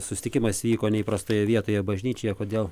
susitikimas vyko neįprastoje vietoje bažnyčioje kodėl